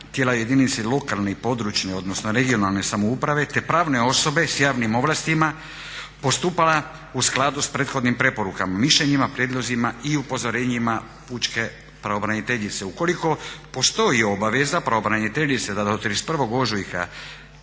tijela jedinice lokalne i područne (regionalne) samouprave te pravne osobe s javnim ovlastima postupali u skladu s prethodnim preporukama, mišljenjima, prijedlozima i upozorenjima pučke pravobraniteljice. Ukoliko postoji obaveza pravobraniteljice da do 31. ožujka